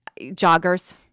joggers